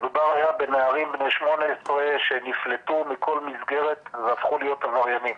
מדובר היה בנערים בני 18 שנפלטו מכל מסגרת והפכו להיות עבריינים.